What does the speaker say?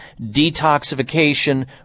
detoxification